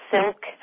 Silk